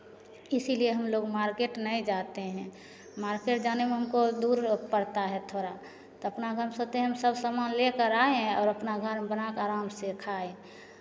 इसीलिए हमलोग मार्केट नहीं जाते हैं मार्केट जाने में हमको दूर पड़ता है थोड़ा तो अपना घर में सोचते हैं सब सामान लेकर आयें और अपना घर में बना कर आराम से खाएं